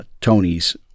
Tony's